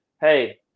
hey